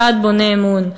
צעד בונה אמון.